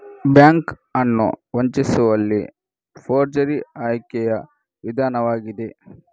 bank ಅನ್ನು ವಂಚಿಸುವಲ್ಲಿ forgery ಆಯ್ಕೆಯ ವಿಧಾನವಾಗಿದೆ